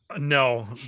No